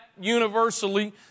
universally